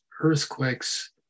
earthquakes